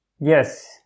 yes